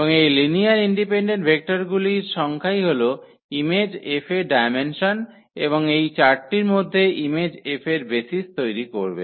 এবং এই linearly independent ভেক্টরগুলির সংখ্যাই হল ইমেজ F এফ এর ডায়মেনসন এবং এই 4 টির মধ্যে ইমেজ 𝐹 এর বেসিস তৈরি করবে